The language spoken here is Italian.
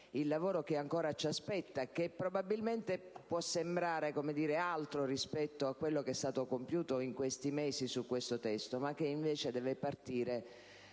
del lavoro che ancora ci aspetta, che probabilmente può sembrare altro rispetto a quello che è stato compiuto in questi mesi su questo testo, ma che invece deve partire